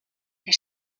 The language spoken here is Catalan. que